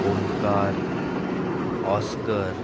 Omkar Oscar